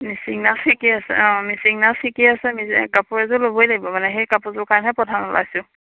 মিচিং নাচ শিকি আছে অ মিচিং নাচ শিকি আছে মিচিং কাপোৰ এযোৰ ল'বই লাগিব মানে সেই কাপোৰযোৰ কাৰণেহে প্ৰধান ওলাইছোঁ